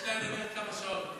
יש להם עוד כמה שעות.